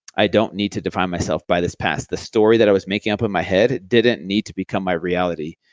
i don't need to define myself by this past. the story that i was making up in my head didn't need to become my reality.